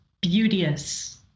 beauteous